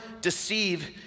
deceive